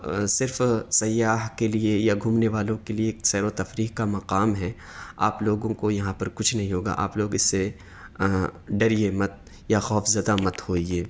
صرف سیاح کے لیے یا گھومنے والوں کے لیے ایک سیر و تفریح کا مقام ہے آپ لوگوں کو یہاں پر کچھ نہیں ہوگا آپ لوگ اس سے ڈریے مت یا خوف زدہ مت ہوئیے